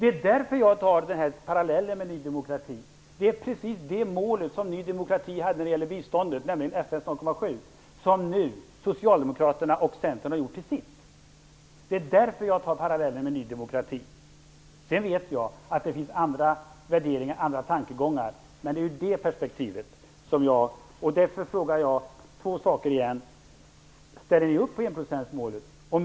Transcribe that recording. Det är därför jag drar parallellen med Ny demokrati. Det är det målet som socialdemokraterna och Centern nu har gjort till sitt. Sedan vet jag att det finns andra värderingar och andra tankegångar, men det är ur det perspektivet som jag gör denna parallell. Därför frågar jag återigen: Ställer ni upp på enprocentsmålet?